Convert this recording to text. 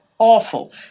awful